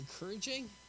encouraging